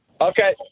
Okay